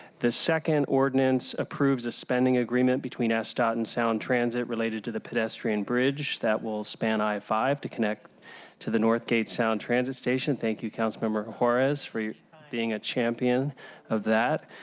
the second ordinance approves a spending agreement between sdot and sound transit related to the pedestrian bridge. that will span i five to connect to the northgate sound transit station. thank you, councilmember juarez for being a champion of that.